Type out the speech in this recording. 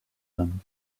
them